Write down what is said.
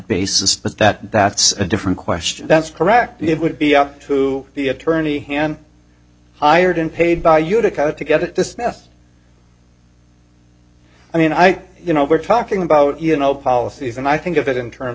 basis but that that's a different question that's correct it would be up to the attorney and hired and paid by you to kind of to get at this mess i mean i you know we're talking about you know policies and i think of it in terms